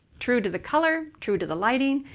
true to the color, true to the lighting,